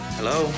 Hello